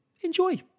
enjoy